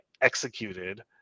executed